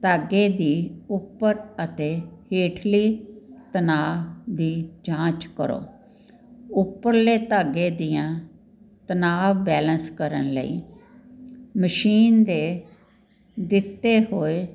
ਧਾਗੇ ਦੀ ਉੱਪਰ ਅਤੇ ਹੇਠਲੀ ਤਣਾਅ ਦੀ ਜਾਂਚ ਕਰੋ ਉੱਪਰਲੇ ਧਾਗੇ ਦੀਆਂ ਤਣਾਅ ਬੈਲੈਂਸ ਕਰਨ ਲਈ ਮਸ਼ੀਨ ਦੇ ਦਿੱਤੇ ਹੋਏ